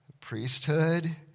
priesthood